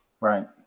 right